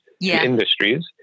industries